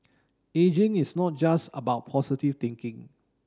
ageing is not just about positive thinking